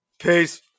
Peace